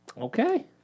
Okay